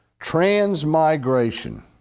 Transmigration